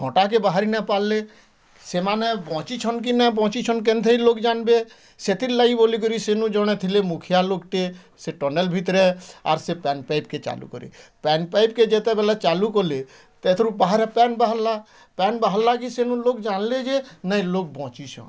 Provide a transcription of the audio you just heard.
ହଟାକେ ବାହାରିନାଇଁ ପାର୍ଲେ ସେମାନେ ବଞ୍ଚିଛନ୍ କି ନାଇଁ ବଞ୍ଚିଛନ୍ କେନ୍ ଥିନ୍ ଲୋକ୍ ଯାନ୍ବେ ସେଥିର୍ଲାଗି ସେନୁ ଜଣେ ଥିଲେ ମୁଖିଆ ଲୋକ୍ଟେ ସେଇ ଟନେଲ୍ ଭିତରେ ପାନ୍ ପାଇପ୍କେ ଚାଲୁ କରି ପାନ୍ ପାଇପ୍କେ ଯେତେ ବେଲେ ଚାଲୁ କଲେ ସେଥିରୁ ବାହାରେ ପାନ୍ ବାହାରିଲା ପାନ୍ ବାହାରିଲା କି ସେନୁ ଲୋକ୍ ଯାନ୍ଲେ ନାଇଁ ଲୋକ୍ ବଞ୍ଚିଛନ୍